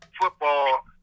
football